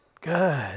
good